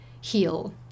heal